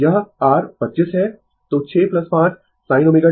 तो 6 5 sin ω t